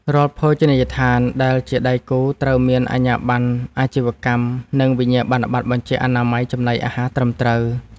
រាល់ភោជនីយដ្ឋានដែលជាដៃគូត្រូវមានអាជ្ញាប័ណ្ណអាជីវកម្ម និងវិញ្ញាបនបត្របញ្ជាក់អនាម័យចំណីអាហារត្រឹមត្រូវ។